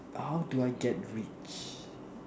how do I get rich